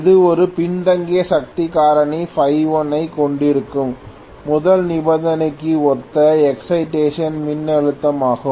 இது ஒரு பின்தங்கிய சக்தி காரணி Φ1 ஐக் கொண்டிருக்கும் முதல் நிபந்தனைக்கு ஒத்த எக்சைடேஷன் மின்னழுத்தமாகும்